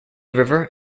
river